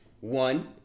One